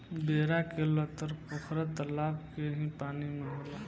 बेरा के लतर पोखरा तलाब के ही पानी में होला